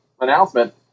announcement